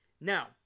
Now